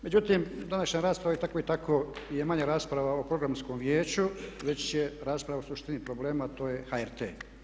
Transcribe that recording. Međutim, današnja rasprava je i tako i tako je manja rasprava o programskom vijeću već je rasprava o suštini problema a to je HRT.